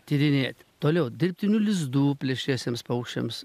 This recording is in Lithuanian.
tyrinėt toliau dirbtinių lizdų plėšriesiems paukščiams